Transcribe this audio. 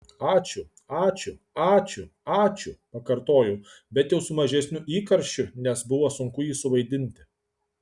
ačiū ačiū ačiū ačiū pakartojau bet jau su mažesniu įkarščiu nes buvo sunku jį suvaidinti